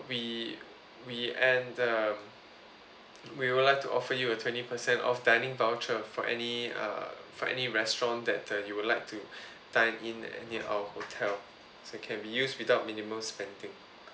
we we and uh we would like to offer you a twenty percent off dining voucher for any uh for any restaurant that the you would like to dine in at any our hotel so can be used without minimum spending